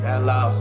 Hello